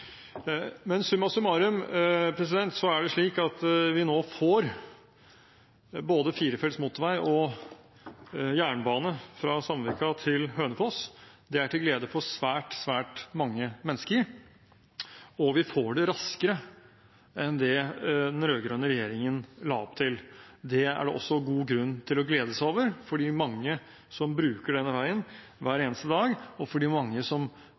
Men summa summarum er det slik at vi nå får både firefelts motorvei og jernbane fra Sandvika til Hønefoss. Det er til glede for svært, svært mange mennesker, og vi får det raskere enn det den rød-grønne regjeringen la opp til. Det er det også god grunn til å glede seg over for de mange som bruker denne veien hver eneste dag, og for de mange som